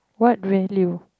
what value